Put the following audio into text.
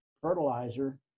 fertilizer